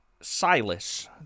Silas